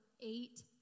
eight